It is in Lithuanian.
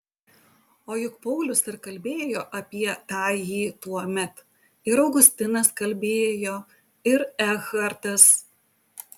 o juk paulius ir kalbėjo apie tąjį tuomet ir augustinas kalbėjo ir ekhartas